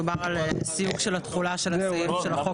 מדובר על סיוג של התחולה של הסעיף בחוק